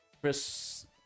Chris